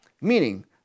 meaning